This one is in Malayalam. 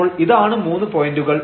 അപ്പോൾ ഇതാണ് മൂന്ന് പോയന്റുകൾ